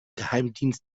geheimdienst